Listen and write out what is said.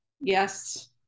yes